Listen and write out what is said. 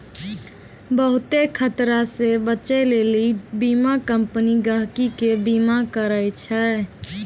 बहुते खतरा से बचै लेली बीमा कम्पनी गहकि के बीमा करै छै